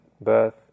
birth